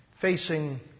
facing